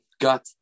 got